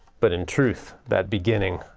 but in truth that beginning.